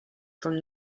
from